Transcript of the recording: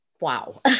wow